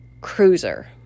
Cruiser